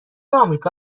آمریکا